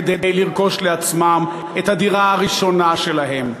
כדי לרכוש לעצמם את הדירה הראשונה שלהם.